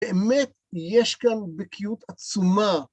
באמת יש כאן בקיאות עצומה